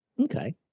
Okay